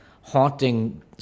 haunting